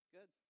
Good